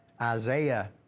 Isaiah